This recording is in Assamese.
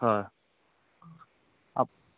হয় আপ